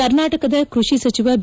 ಕರ್ನಾಟಕದ ಕೃಷಿ ಸಚಿವ ಬಿ